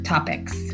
topics